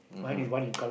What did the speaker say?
mmhmm